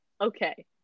Okay